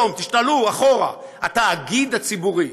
היום תשאלו, אחורה: התאגיד הציבורי.